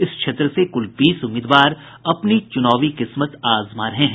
इस क्षेत्र से कुल बीस उम्मीदवार अपनी चुनावी किस्मत आजमा रहे हैं